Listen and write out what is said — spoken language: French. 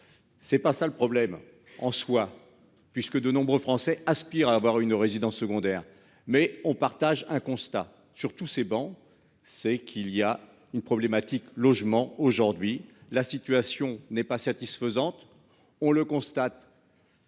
C'est pas ça le problème en soi puisque de nombreux Français aspirent à avoir une résidence secondaire mais on partage un constat sur tous ces bancs, c'est qu'il y a une problématique logement aujourd'hui, la situation n'est pas satisfaisante. On le constate.